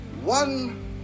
one